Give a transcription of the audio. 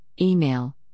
email